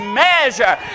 measure